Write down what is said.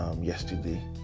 yesterday